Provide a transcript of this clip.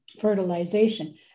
fertilization